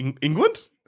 England